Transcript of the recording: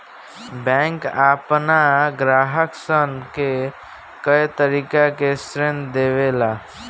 bank आपना ग्राहक सन के कए तरीका के ऋण देवेला